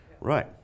right